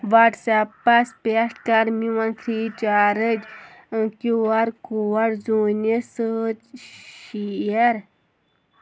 وَٹسیپَس پٮ۪ٹھ کَر میون free charge Q R code زوٗنہِ سۭتۍ شِیَر